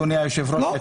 אדוני היושב ראש,